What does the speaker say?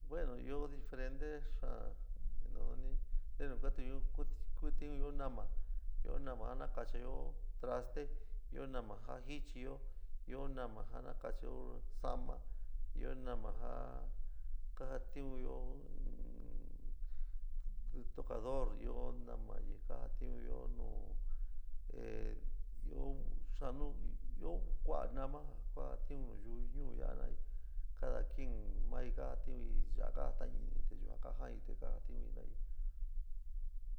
Bueno ɨó diferente xaán nten'u kuatinyó nama ɨó nama ja nakachayoó traste ɨó nama ja jichiyó ɨó nama ja nakachayó sa'ama ɨó nama ja ja kajatiunyó nu tocador ɨó nama ja kajatiunyó nu ehh ɨó xaán nu ɨó kua'a nama ja kajatiún nayuú ñu'u ya jinaa'í cada quien maí ka ja tiun'í ja kajataín te yuaán ka jain'í te ka jatiun'í ve'eí.